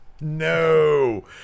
No